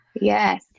yes